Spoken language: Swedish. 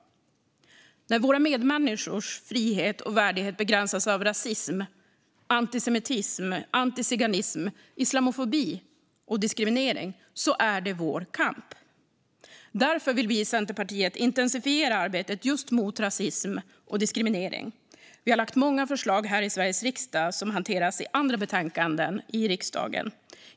När våra medmänniskors frihet och värdighet begränsas av rasism, antisemitism, antiziganism, islamofobi och diskriminering är det vår kamp. Därför vill vi i Centerpartiet intensifiera arbetet just mot rasism och diskriminering. Vi har lagt fram många förslag här i Sveriges riksdag som hanterats i andra betänkanden i riksdagen.